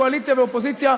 קואליציה ואופוזיציה,